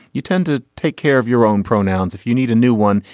you tend to take care of your own pronouns if you need a new one.